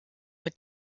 mit